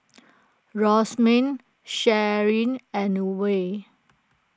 Sharyn and Wayde